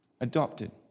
Adopted